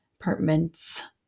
apartments